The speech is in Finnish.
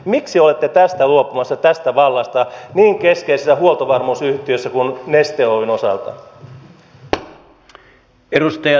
miksi olette luopumassa tästä vallasta niin keskeisessä huoltovarmuusyhtiössä kuin neste oyjssä